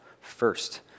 first